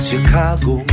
Chicago